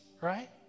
right